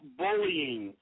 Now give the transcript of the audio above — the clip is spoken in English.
bullying